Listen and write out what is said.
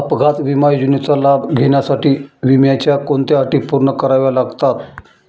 अपघात विमा योजनेचा लाभ घेण्यासाठी विम्याच्या कोणत्या अटी पूर्ण कराव्या लागतात?